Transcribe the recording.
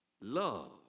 Love